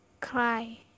cry